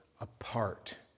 apart